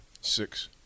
Six